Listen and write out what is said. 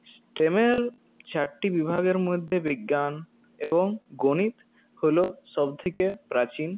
স্টেমের চারটি বিভাগের মধ্যে বিজ্ঞান এবং গণিত হল সব থেকে প্রাচীন